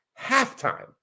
halftime